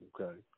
okay